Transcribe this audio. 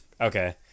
Okay